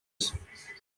nshya